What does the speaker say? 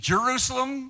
Jerusalem